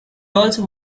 also